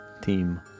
team